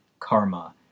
Karma